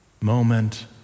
Moment